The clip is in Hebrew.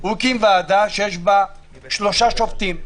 הוא הקים ועדה שיש בה שלושה שופטים.